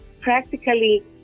Practically